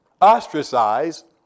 ostracized